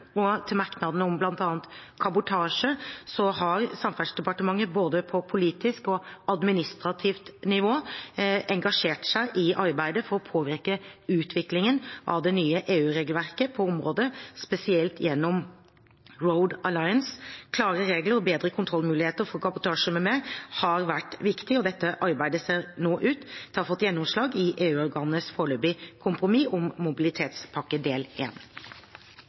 og som er mitt ansvarsområde. Dette er et tema som er blitt diskutert i Stortinget tidligere. Til merknadene om bl.a. kabotasje har Samferdselsdepartementet både på politisk og administrativt nivå engasjert seg i arbeidet for å påvirke utviklingen av det nye EU-regelverket på området, spesielt gjennom Road Alliance. Klare regler og bedre kontrollmuligheter for kabotasje m.m. har vært viktig. Dette arbeidet ser nå ut til å ha fått gjennomslag i EU-organenes foreløpige kompromiss om